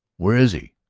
where is he?